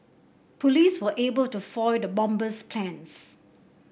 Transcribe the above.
police were able to foil the bomber's plans